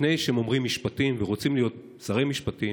לפני שהם אומרים משפטים ורוצים להיות שרי משפטים,